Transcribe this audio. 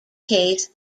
case